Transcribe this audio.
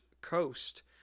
coast